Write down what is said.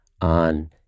on